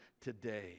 today